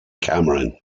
cameron